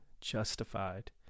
justified